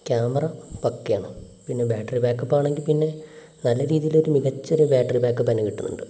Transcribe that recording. camera പക്കയാണ് പിന്നെ battery backup ആണെങ്കിൽ പിന്നെ നല്ല രീതിയിൽ ഒരു മികച്ച ഒരു ബാറ്ററി ബാക്കപ്പ് തന്നെ കിട്ടുന്നുണ്ട്